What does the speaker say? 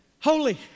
Holy